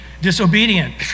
disobedient